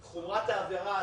לגבי חומרת העבירה,